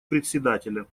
председателя